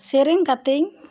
ᱥᱮᱨᱮᱧ ᱠᱟᱛᱮᱧ